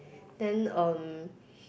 then um